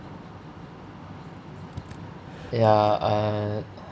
ya uh